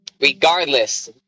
Regardless